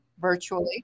virtually